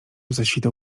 zaświtał